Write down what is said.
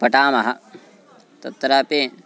पठामः तत्रापि